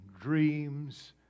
dreams